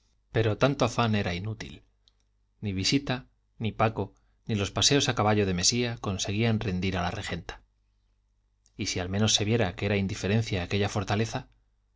pero tanto afán era inútil ni visita ni paco ni los paseos a caballo de mesía conseguían rendir a la regenta y si al menos se viera que era indiferencia aquella fortaleza